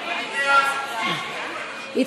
אני בעד.